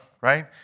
right